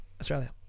Australia